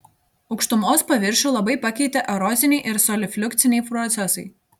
aukštumos paviršių labai pakeitė eroziniai ir solifliukciniai procesai